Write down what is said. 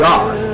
God